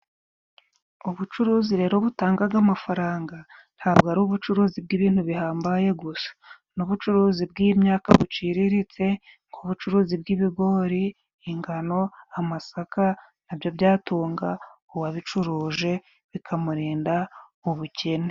Ubucuruzi rero butangaga amafaranga ntabwo ari ubucuruzi bw'ibintu bihambaye gusa n'ubucuruzi bw'imyaka buciriritse nk'ubucuruzi bw'ibigori ingano amasaka na byo byatunga uwabicuruje bikamurinda bukene.